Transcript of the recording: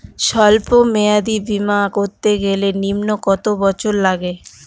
সল্প মেয়াদী বীমা করতে গেলে নিম্ন কত বছর লাগে?